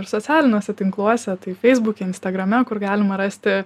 socialiniuose tinkluose tai feisbuke instagrame kur galima rasti